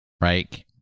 right